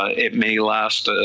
it may last ah